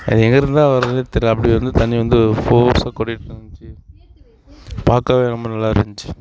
அது எங்கேருந்துதான் வருதுன்னு தெரியலை அப்படி வந்து தண்ணி வந்து ஒரு ஃபோர்ஸாக கொட்டிட்டு இருந்துச்சு பார்க்கவே ரொம்ப நல்லா இருந்துச்சு